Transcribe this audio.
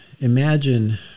imagine